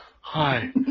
hi